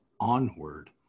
onward